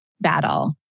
battle